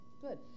good